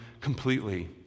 completely